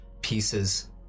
pieces